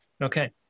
Okay